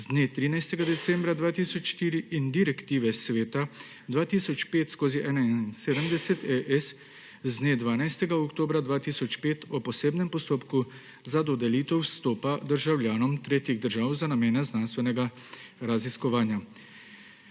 z dne 13. decembra 2004, in direktiva Sveta 2005/71/ES, z dne 12. oktobra 2005, o posebnem postopku za dodelitev vstopa državljanom tretjih držav za namene znanstvenega raziskovanja.